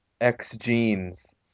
X-genes